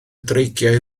dreigiau